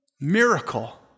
Miracle